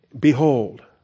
Behold